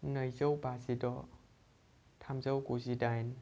नैजौ बाजिद' थामजौ गुजिदाइन